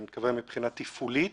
אני מתכוון מבחינה תפעולית